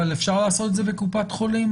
אבל אפשר לעשות את זה בקופת חולים?